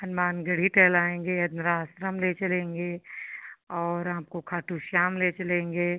हनुमान गढ़ी टहलाएंगे अन्द्रा आश्रम ले चलेंगे और आपको खाटू श्याम ले चलेंगे